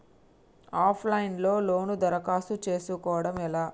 Of line లో loan దరఖాస్తు చేసుకోవడం ఎలా?